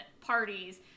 parties